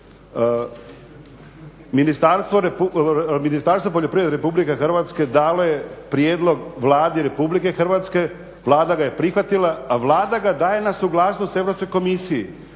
Ministarstvo poljoprivrede RH je dalo prijedlog Vladi RH, Vlada ga je prihvatila, a Vlada ga daje na suglasnost Europskoj komisiji.